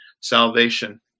salvation